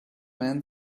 man